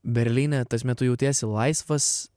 berlyne ta prasme tu jautiesi laisvas